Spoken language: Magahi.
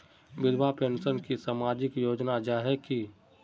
विधवा पेंशन की सामाजिक योजना जाहा की?